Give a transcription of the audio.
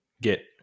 get